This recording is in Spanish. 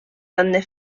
donde